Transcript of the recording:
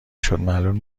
شد، معلوم